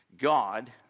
God